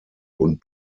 und